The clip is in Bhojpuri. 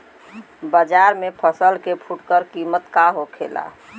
बाजार में फसल के फुटकर कीमत का होखेला?